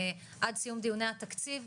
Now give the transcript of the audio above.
עד סיום דיוני התקציב,